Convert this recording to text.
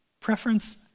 Preference